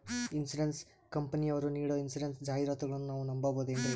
Insurance ಕಂಪನಿಯರು ನೀಡೋ insurance ಜಾಹಿರಾತುಗಳನ್ನು ನಾವು ನಂಬಹುದೇನ್ರಿ?